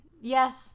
yes